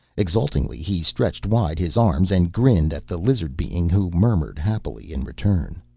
exultingly, he stretched wide his arms and grinned at the lizard-being who murmured happily in return.